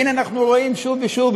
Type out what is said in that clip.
והנה אנחנו רואים שוב ושוב,